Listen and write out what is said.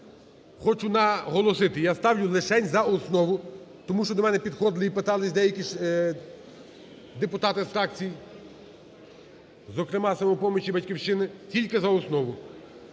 Хочу наголосити, я ставлю лишень за основу тому що до мене підходили і питались деякі депутати з фракцій, зокрема з "Самопомочі" і "Батьківщини", тільки за основу.